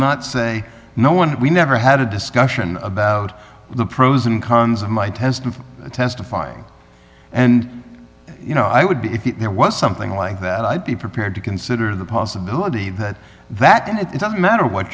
not say no one we never had a discussion about the pros and cons of my test of testifying and you know i would be if there was something like that i'd be prepared to consider the possibility that that then it doesn't matter what